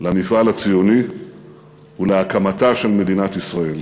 למפעל הציוני ולהקמתה של מדינת ישראל.